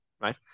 right